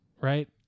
right